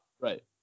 Right